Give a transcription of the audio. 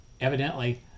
evidently